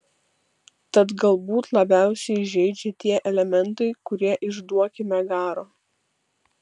tad galbūt labiausiai žeidžia tie elementai kurie iš duokime garo